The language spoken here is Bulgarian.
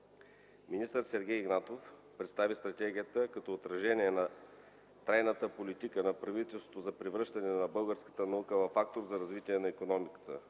Министър Сергей Игнатов представи стратегията като отражение на трайната политика на правителството за превръщане на българската наука във фактор за развитието на икономиката.